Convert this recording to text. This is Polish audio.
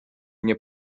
nie